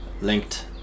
linked